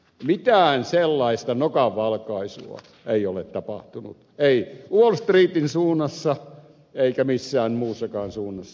mitään sellaista nokanvalkaisua ei ole tapahtunut ei wall streetin suunnassa eikä missään muussakaan suunnassa